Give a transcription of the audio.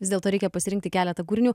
vis dėlto reikia pasirinkti keletą kūrinių